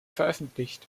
veröffentlicht